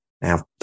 Now